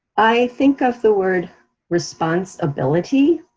i think of the word response-ability,